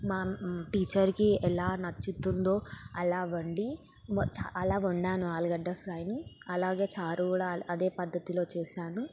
మా టీచర్కి ఎలా నచ్చుతుందో అలా వండి అలా వండాను ఆలుగడ్డ ఫ్రైని అలాగే చారు కూడా అదే పధ్ధతిలో చేసాను